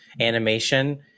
animation